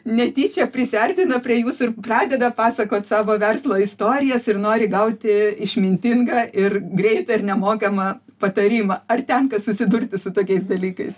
netyčia prisiartina prie jūsų ir pradeda pasakot savo verslo istorijas ir nori gauti išmintingą ir greitą ir nemokamą patarimą ar tenka susidurti su tokiais dalykais